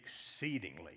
exceedingly